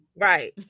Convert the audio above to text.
right